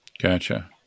Gotcha